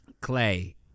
clay